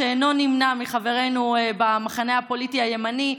שאינו נמנה עם חברינו במחנה הפוליטי הימני,